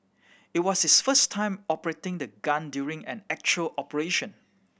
it was his first time operating the gun during an actual operation